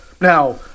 Now